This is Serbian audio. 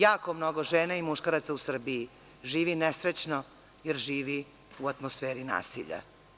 Jako mnogo žena i muškaraca u Srbiji živi nesrećno, jer živi u atmosferi nasilja.